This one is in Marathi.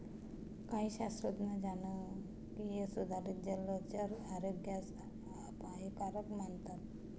काही शास्त्रज्ञ जनुकीय सुधारित जलचर आरोग्यास अपायकारक मानतात